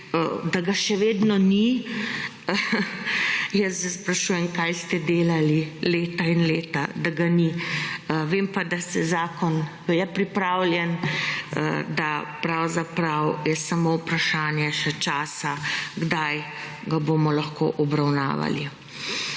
da ga še vedno ni. Jaz se sprašujem kaj ste delali leta in leta, da ga ni. Vem pa, da se zakon … je pripravljen, da pravzaprav je samo vprašanje še časa, kdaj ga bomo lahko obravnavali.